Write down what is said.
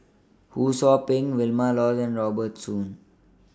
Ho SOU Ping Vilma Laus and Robert Soon